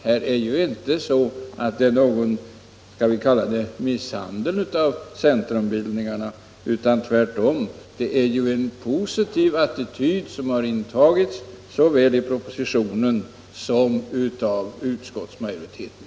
Det är ju inte fråga om någon misshandel av centrumbildningarna utan det har tvärtom intagits en positiv attityd såväl i propositionen som av utskottsmajoriteten.